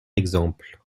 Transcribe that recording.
exemple